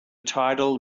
tidal